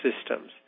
systems